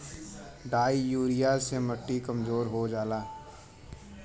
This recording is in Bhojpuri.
डाइ यूरिया से मट्टी कमजोर हो जाला